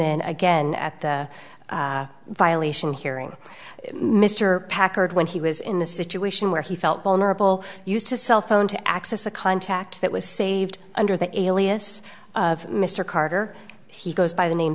then again at the violation hearing mr packard when he was in the situation where he felt vulnerable used a cell phone to access a contact that was saved under the alias of mr carter he goes by the name